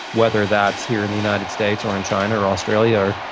whether that's here in the united states or in china or australia,